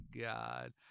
god